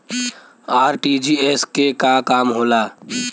RTGS के का काम होला?